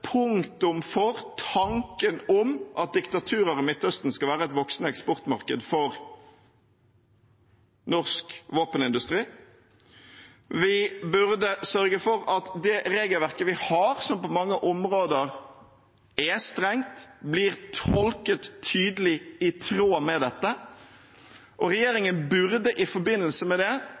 punktum for tanken om at diktaturer i Midtøsten skal være et voksende eksportmarked for norsk våpenindustri. Vi burde sørge for at det regelverket vi har, som på mange områder er strengt, blir tolket tydelig i tråd med dette. Og regjeringen burde i forbindelse med det